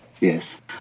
yes